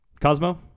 Cosmo